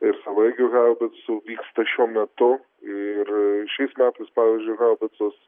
ir savaeigių haubicų vyksta šiuo metu ir šiais metais pavyzdžiui haubicos